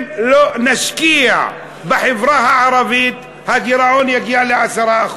אם לא נשקיע בחברה הערבית, הגירעון יגיע ל-10%.